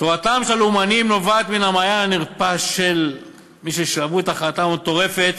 תורתם של הלאומנים נובעת מן המעיין הנרפש של מי ששאבו את הכרעתם המטורפת